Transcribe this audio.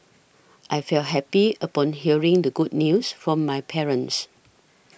I felt happy upon hearing the good news from my parents